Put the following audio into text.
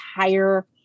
entire